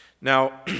Now